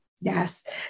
Yes